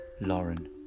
Lauren